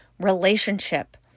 relationship